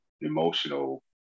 emotional